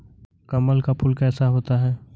कमल का फूल कैसा होता है?